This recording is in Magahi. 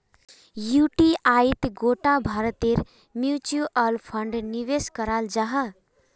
युटीआईत गोटा भारतेर म्यूच्यूअल फण्ड निवेश कराल जाहा